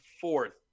fourth